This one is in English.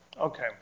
Okay